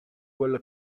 quello